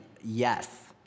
yes